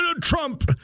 Trump